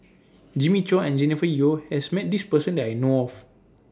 Jimmy Chua and Jennifer Yeo has Met This Person that I know of